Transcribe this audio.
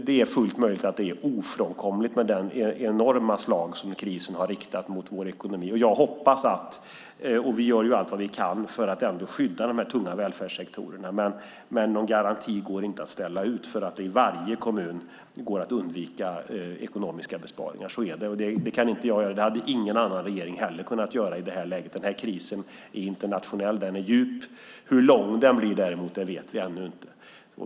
Det är fullt möjligt att det är ofrånkomligt med det enorma slag som krisen har riktat mot vår ekonomi. Vi gör allt vad vi kan för att skydda de här tunga välfärdssektorerna, men någon garanti går inte att ställa ut för att det i varje kommun går att undvika ekonomiska besparingar. Så är det. Det hade ingen annan regering heller kunnat göra i detta läge. Krisen är internationell och den är djup. Hur lång den blir vet vi däremot ännu inte.